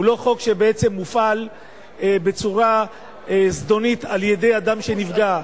הוא לא חוק שמופעל בצורה זדונית על-ידי אדם שנפגע.